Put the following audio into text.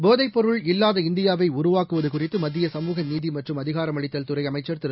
போதைப்பொருள் இல்லாத இந்தியாவைஉருவாக்குவதுகுறித்து மத்திய சமூக நீதிமற்றும் அதிகாரமளித்தல் துறைஅமைச்சர் திரு